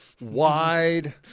Wide